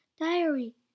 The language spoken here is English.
diary